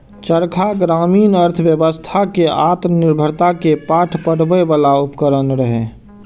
चरखा ग्रामीण अर्थव्यवस्था कें आत्मनिर्भरता के पाठ पढ़बै बला उपकरण रहै